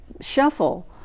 shuffle